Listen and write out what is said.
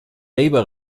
labour